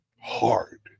hard